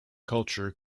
culture